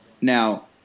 Now